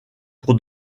pour